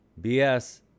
BS